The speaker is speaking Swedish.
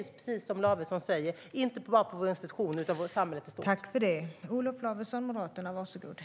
Precis som Lavesson säger förekommer det inte bara på institutioner utan i samhället i stort.